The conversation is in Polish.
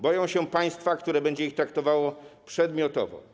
Boją się państwa, które będzie ich traktowało przedmiotowo.